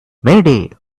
mayday